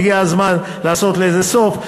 הגיע הזמן לעשות לזה סוף.